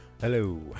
Hello